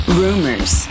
rumors